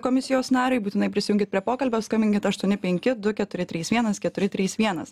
komisijos nariui būtinai prisijunkit prie pokalbio skambinkite aštuoni penki du keturi trys vienas keturi trys vienas